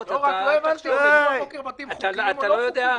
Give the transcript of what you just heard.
אליך,